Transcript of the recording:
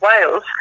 Wales